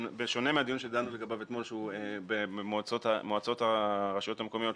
בשונה מהדיון שדנו לגביו אתמול על מועצות הרשויות המקומיות,